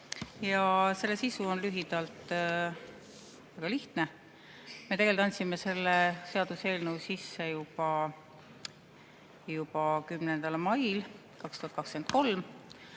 87. Selle sisu on lühidalt väga lihtne. Me andsime selle seaduseelnõu sisse juba 10. mail 2023